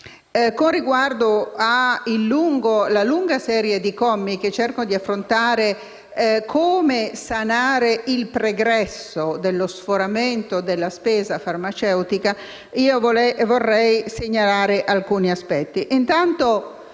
Con riguardo alla lunga serie di commi che cercano di affrontare il tema di come sanare il pregresso dello sforamento della spesa farmaceutica, vorrei segnalare alcuni aspetti.